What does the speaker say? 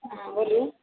हाँ बोलिए